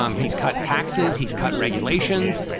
um he's cut taxes, he's cut regulations.